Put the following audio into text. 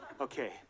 okay